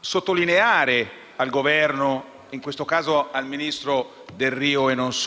sottolineavamo al Governo - in questo caso al ministro Delrio e non solo